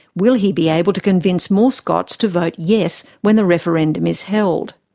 will he be able to convince more scots to vote yes when the referendum is held?